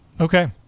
Okay